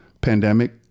Pandemic